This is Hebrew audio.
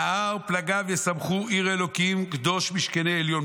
נהר פלגיו ישמחו עיר אלוהים קדש משכני עליון".